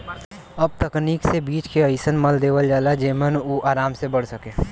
अब तकनीक से बीज के अइसन मल देवल जाला जेमन उ आराम से बढ़ सके